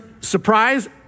surprise